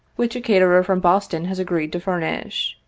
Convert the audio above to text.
which a caterer from boston has agreed to furnish.